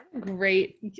Great